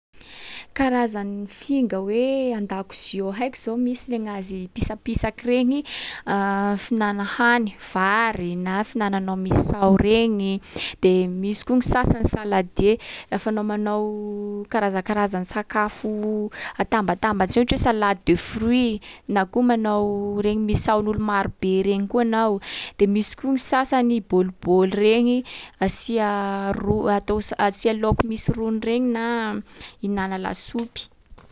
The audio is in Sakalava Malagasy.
Karazany finga hoe an-dakozia ao haiko zao, misy le gnazy pisapisaky regny fihinana hany, vary, na fihinananao misao regny. De misy koa gny sasany saladier, lafa anao manao karazakarazany sakafo atambatambatsy ohatra hoe salade de fruits, na koa manao regny misaon’olo maro be regny koa anao. De misy koa gny sasany bôlibôly regny, asià ro- atao sa- asià laoky misy rony regny na ihinàna lasopy.